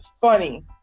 funny